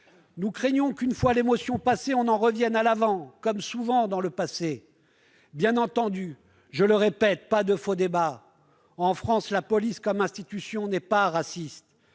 Nous craignons que, une fois l'émotion passée, on n'en revienne à l'« avant », comme trop souvent dans le passé. Bien entendu, je le répète, pas de faux débat ! En France, la police en tant qu'institution n'est pas raciste,